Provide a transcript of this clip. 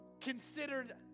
considered